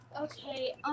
Okay